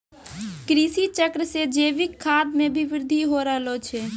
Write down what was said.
कृषि चक्र से जैविक खाद मे भी बृद्धि हो रहलो छै